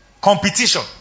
Competition